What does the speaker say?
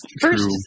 First